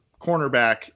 cornerback